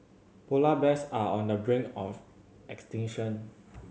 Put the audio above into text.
polar bears are on the brink of extinction